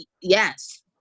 yes